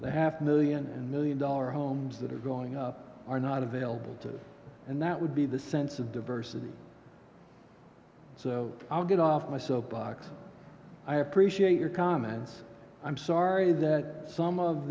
that half million and million dollar homes that are going up are not available to us and that would be the sense of diversity so i'll get off my soapbox i appreciate your comments i'm sorry that some of